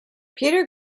peter